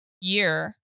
year